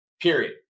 period